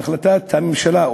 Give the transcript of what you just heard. החלטת הממשלה,